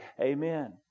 Amen